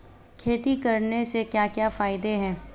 खेती करने से क्या क्या फायदे हैं?